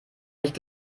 nicht